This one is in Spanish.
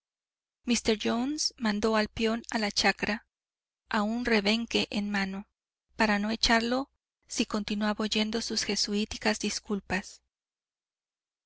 míster jones mandó al peón a la chacra aún rebenque en mano para no echarlo si continuaba oyendo sus jesuíticas disculpas